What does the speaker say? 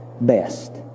best